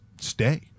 stay